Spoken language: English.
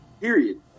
period